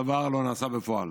דבר לא נעשה בפועל.